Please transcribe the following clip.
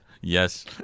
Yes